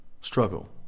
Struggle